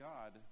God